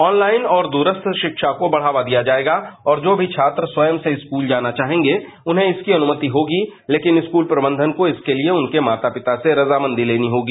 online और द्ररस्थ शिक्षा को बढ़ावा दिया जाएगा और जो भी छात्र स्वयं से स्कूल आना चाहेंगे उन्हें इसकी अनुमति होगी लेंकिन स्कूल प्रबंधन को इसके लिए उनके माता पिता से रजामंदी लेनी होगी